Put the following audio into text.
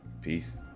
Peace